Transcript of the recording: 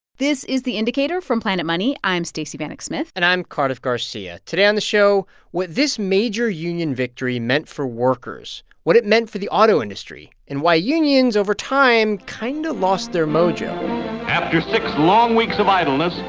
this is the indicator from planet money. i'm stacey vanek smith and i'm cardiff garcia. today on the show what this major union victory meant for workers, what it meant for the auto industry and why unions over time kind of lost their mojo after six long weeks of idleness,